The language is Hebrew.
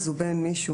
למשל: